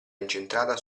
incentrata